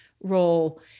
role